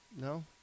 No